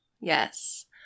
Yes